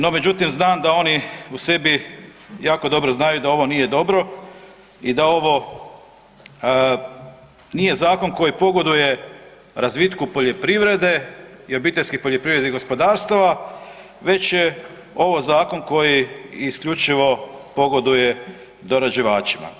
No međutim, znam da oni u sebi jako dobro znaju da ovo nije dobro i da ovo nije zakon koji pogoduje razvitku poljoprivrede i obiteljskih poljoprivrednih gospodarstava već je ovo zakon koji isključivo pogoduje dorađivačima.